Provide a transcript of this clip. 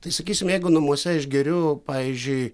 tai sakysim jeigu namuose aš geriu pavyzdžiui